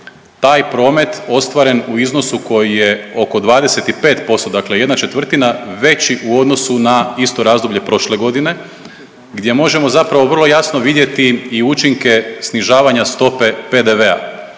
taj promet ostvaren u iznosu koji je oko 25%, dakle ¼ veći u odnosu na isto razdoblje prošle godine gdje možemo zapravo vrlo jasno vidjeti i učinke snižavanja stope PDV-a.